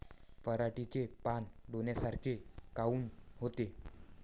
पराटीचे पानं डोन्यासारखे काऊन होते?